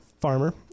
farmer